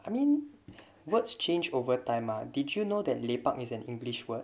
I mean what's changed over time or did you know that lee park is an english word